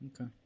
Okay